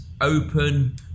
open